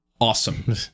awesome